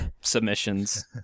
submissions